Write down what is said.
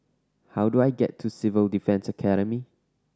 how do I get to Civil Defence Academy